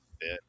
fit